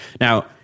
Now